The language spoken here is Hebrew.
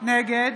נגד